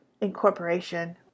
incorporation